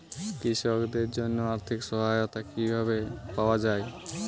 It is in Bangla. কৃষকদের জন্য আর্থিক সহায়তা কিভাবে পাওয়া য়ায়?